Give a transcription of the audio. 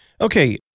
Okay